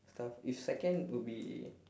stuff if second will be